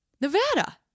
Nevada